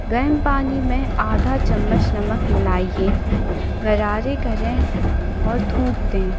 गर्म पानी में आधा चम्मच नमक मिलाईए गरारे करें और थूक दें